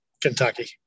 Kentucky